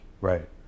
right